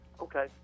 okay